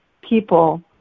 people